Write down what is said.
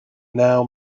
now